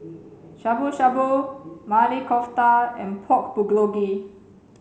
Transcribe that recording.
Shabu Shabu Maili Kofta and Pork Bulgogi